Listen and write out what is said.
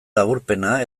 laburpena